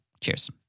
Cheers